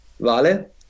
Vale